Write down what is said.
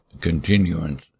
continuance